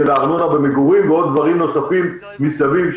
הארנונה במגורים ועוד דברים נוספים מסביב שירדו.